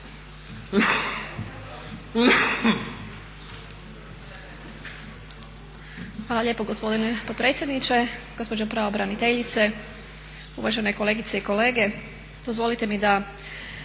Hvala lijepo gospodine potpredsjedniče, gospođo pravobraniteljice, uvažene kolegice i kolege. Dozvolite na samom